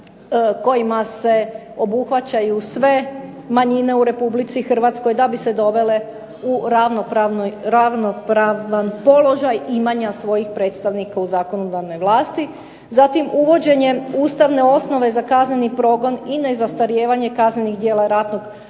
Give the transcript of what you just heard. kojima se obuhvaćaju sve manjine u Republici Hrvatskoj da bi se dovele u ravnopravan položaj imanja svojih predstavnika u zakonodavnoj vlasti, zatim uvođenjem ustavne osnove za kazneni progon i ne zastarijevanje kaznenih dijela ratnog